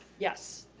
yes,